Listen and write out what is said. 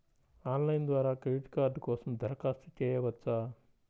Online ద్వారా credit card కోసం దరఖాస్తు చేయవచ్చా?